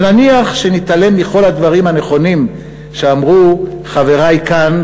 ונניח שנתעלם מכל הדברים הנכונים שאמרו חברי כאן.